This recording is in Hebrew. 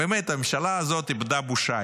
באמת, הממשלה הזאת איבדה בושה.